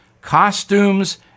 costumes